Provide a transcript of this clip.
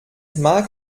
mag